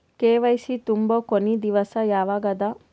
KYC ತುಂಬೊ ಕೊನಿ ದಿವಸ ಯಾವಗದ?